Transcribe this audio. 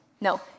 No